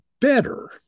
better